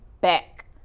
back